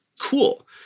cool